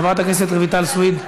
חברת הכנסת רויטל סויד,